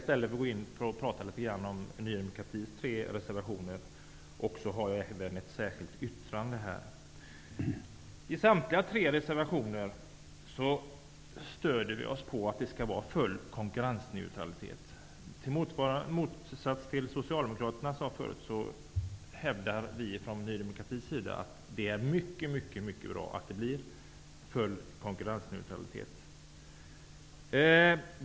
I stället skall jag tala litet grand om Ny demokratis tre reservationer. Dessutom har jag ett särskilt yttrande här. I samtliga tre reservationer stöder vi oss på att det skall vara full konkurrensneutralitet. I motsats till vad Socialdemokraterna sade förut hävdar vi i Ny demokrati att det är mycket bra att det blir full konkurrensneutralitet.